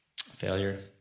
failure